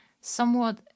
somewhat